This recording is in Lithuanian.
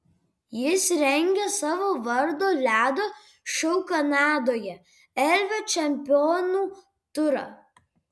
jis rengia savo vardo ledo šou kanadoje elvio čempionų turą